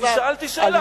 אני שאלתי שאלה.